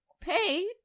pay